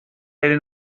eren